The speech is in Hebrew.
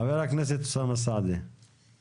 חבר הכנסת אוסאמה סעדי, בבקשה.